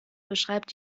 beschreibt